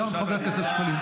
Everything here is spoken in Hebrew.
גם חבר הכנסת שקלים.